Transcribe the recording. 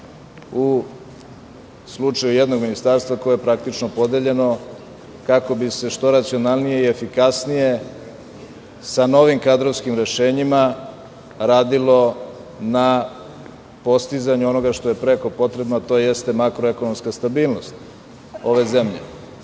u slučaju jednog ministarstva koje je praktično podeljeno kako bi se što racionalnije i efikasnije sa novim kadrovskim rešenjima radilo na postizanju onoga što je preko potrebno, a to jeste makroekonomska stabilnost ove